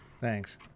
Thanks